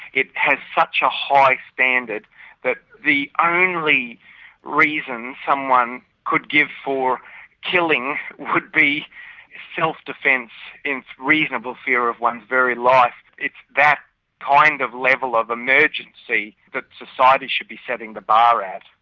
it has such a high standard that the only reason someone could give for killing would be self-defence and reasonable fear of one's very life. it's that kind of level of emergency that society should be setting the bar at.